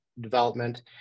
development